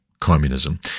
communism